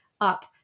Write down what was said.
up